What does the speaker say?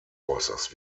äußerst